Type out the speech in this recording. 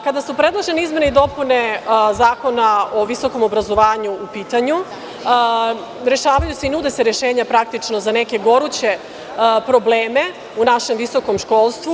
Kada su predložene izmene i dopune Zakona o visokom obrazovanju u pitanju, rešavaju se i nude se rešenja za neke goruće probleme u našem visokom školstvu.